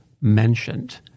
mentioned